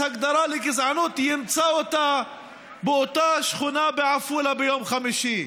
לגזענות ימצא אותה באותה שכונה בעפולה ביום חמישי.